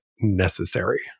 necessary